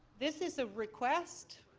this is a request.